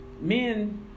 men